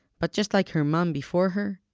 but just like her mom before her,